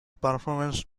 performance